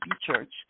Church